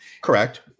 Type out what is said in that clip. Correct